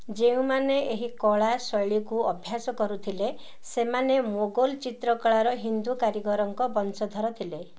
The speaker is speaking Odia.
ଯେଉଁମାନେ ଏହି କଳା ଶୈଳୀକୁ ଅଭ୍ୟାସ କରୁଥିଲେ ସେମାନେ ମୋଗଲ ଚିତ୍ରକଳାର ହିନ୍ଦୁ କାରିଗରଙ୍କ ବଂଶଧର ଥିଲେ